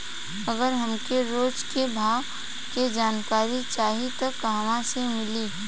अगर हमके रोज के भाव के जानकारी चाही त कहवा से मिली?